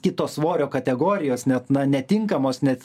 kitos svorio kategorijos net na netinkamos net